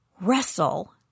wrestle